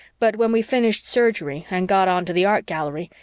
but when we finished surgery and got on to the art gallery,